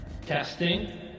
testing